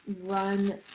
run